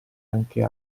anche